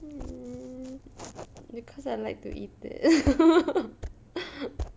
um because I like to eat it